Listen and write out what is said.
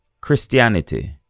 Christianity